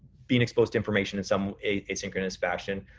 being exposed information in some asynchronous fashion.